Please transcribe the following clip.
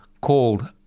called